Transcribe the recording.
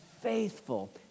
faithful